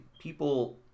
people